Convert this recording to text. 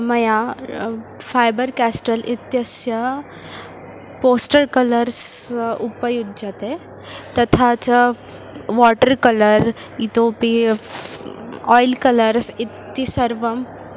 मया र Faber Castell इत्यस्य पोस्टर् कलर्स् उपयुज्यते तथा च वाटर् कलर् इतोऽपि आयिल् कलर्स् इति सर्वं